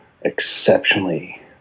exceptionally